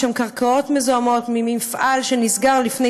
יש שם קרקעות מזוהמות ממפעל שנסגר לפני